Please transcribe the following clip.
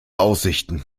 aussichten